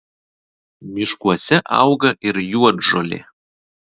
miškuose auga ir juodžolė